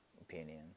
opinion